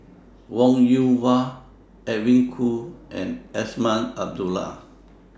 Wong Yoon Wah Edwin Koo and Azman Abdullah